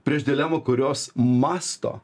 prieš dilemą kurios mąsto